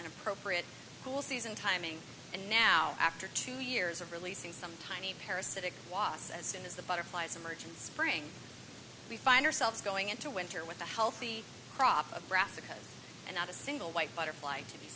and appropriate cool season timing and now after two years of releasing some tiny parasitic wass as soon as the butterflies emergent spring we find ourselves going into winter with a healthy crop of brassica and not a single white butterfly to be